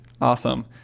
Awesome